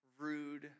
rude